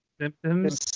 Symptoms